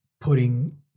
putting